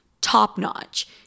top-notch